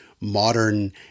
modern